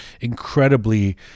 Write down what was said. incredibly